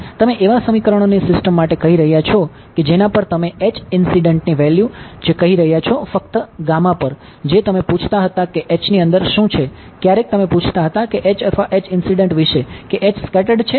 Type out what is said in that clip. તમે એવા સમીકરણોની સિસ્ટમ માટે કહી રહ્યા છો કે જેના પર તમે H ઇન્સીડંટની વેલ્યૂ જ કહી રહ્યા છો ફક્ત પર જે તમે પૂછતા હતા કે H ની અંદર શું છે ક્યારેક તમે પૂછતા હતા કે H અથવા H ઇન્સીડંટ વિષે કે H સ્કેટર્ડ છે